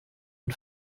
und